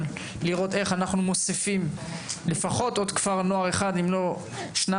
לראות איך אנחנו מוסיפים לפחות עוד כפר אחד אם לא שניים.